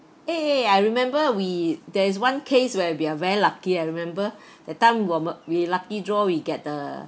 eh I remember we there is one case where we're very lucky I remember that time 我们 we lucky draw we get the